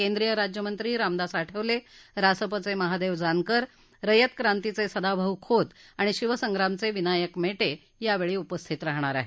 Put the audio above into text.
केंद्रीय राज्यमंत्री रामदास आठवले रासपचे महादेव जानकर रयत क्रांतीचे सदाभाऊ खोत आणि शिवसंग्रामचे विनायक मेटे उपस्थित राहणार आहेत